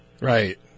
Right